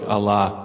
Allah